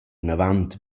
inavant